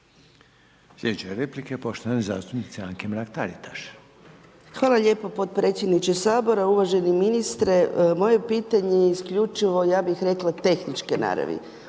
Slijedeće replike, poštovane zastupnice Anke Mrak Taritaš. **Mrak-Taritaš, Anka (GLAS)** Hvala lijepo potpredsjedniče Sabora, uvaženi ministre, moje pitanje je isključivo, ja bih rekla, tehničke naravi.